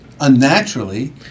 Unnaturally